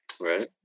Right